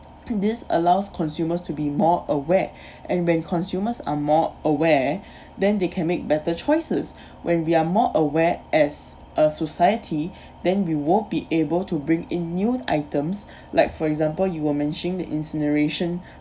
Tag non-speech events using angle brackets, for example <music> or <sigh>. this allows consumers to be more aware <breath> and when consumers are more aware <breath> then they can make better choices when we are more aware as a society <breath> then we won't be able to bring in new items like for example you were mentioning the incineration